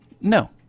No